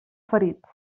ferits